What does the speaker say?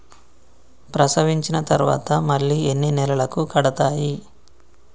ప్రసవించిన తర్వాత మళ్ళీ ఎన్ని నెలలకు కడతాయి?